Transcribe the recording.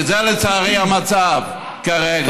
כי זה לצערי המצב כרגע.